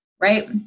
Right